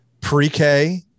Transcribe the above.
pre-k